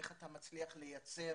איך אתה מצליח לייצר